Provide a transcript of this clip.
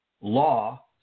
law